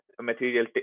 material